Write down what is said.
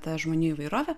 ta žmonių įvairovė